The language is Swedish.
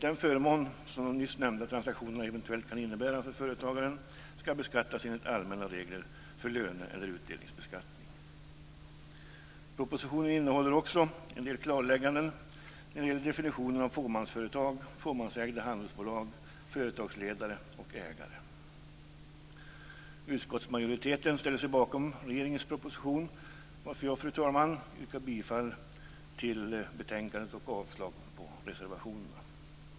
Den förmån som de nyss nämnda transaktionerna eventuellt kan innebära för företagaren ska alltså beskattas enligt allmänna regler för löne eller utdelningsbeskattning. Propositionen innehåller också en del klarlägganden, en del definitioner av fåmansföretag, fåmansägda handelsbolag företagsledare och ägare. Utskottsmajoriteten ställer sig bakom regeringens proposition varför jag, fru talman, yrkar bifall till hemställan i betänkandet och avslag på reservationerna.